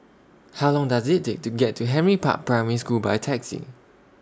How Long Does IT Take to get to Henry Park Primary School By Taxi